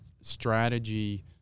strategy